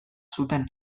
zuten